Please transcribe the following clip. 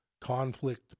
conflict